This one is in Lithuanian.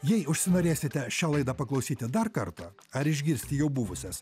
jei užsinorėsite šią laidą paklausyti dar kartą ar išgirsti jau buvusias